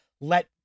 let